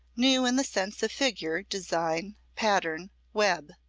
new in the sense of figure, design, pattern, web,